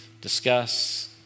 discuss